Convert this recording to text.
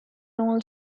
known